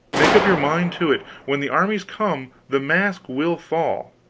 make up your mind to it when the armies come, the mask will fall.